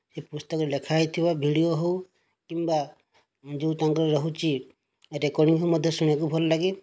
ସେ ପୁସ୍ତକରେ ଲେଖା ହୋଇଥିବା ଭିଡିଓ ହେଉ କିମ୍ବା ଯେଉଁ ତାଙ୍କର ରହୁଛି ରେକର୍ଡ଼ିଂ ମଧ୍ୟ ଶୁଣିବାକୁ ଭଲଲାଗେ